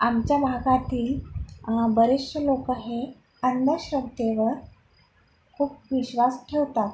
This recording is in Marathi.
आमच्या भागातील बरचशे लोकं हे अंदश्रद्धेवर खूप विश्वास ठेवता